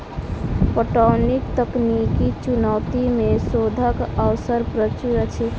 पटौनीक तकनीकी चुनौती मे शोधक अवसर प्रचुर अछि